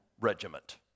regiment